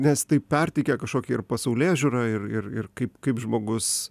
nes tai perteikia kažkokį ir pasaulėžiūrą ir ir ir kaip kaip žmogus